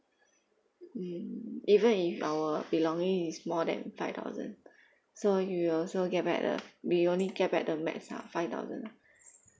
mm even if our belonging is more than five thousand so you'll also get back the we only get back the max ah five thousand ah